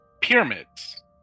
pyramids